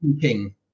King